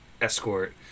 escort